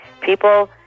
People